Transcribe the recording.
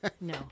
No